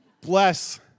bless